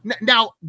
Now